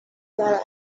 دارد